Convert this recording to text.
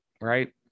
right